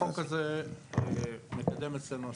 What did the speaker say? החוק הזה מקדם אצלנו עשרות.